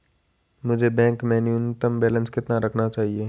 मुझे बैंक में न्यूनतम बैलेंस कितना रखना चाहिए?